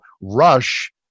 rush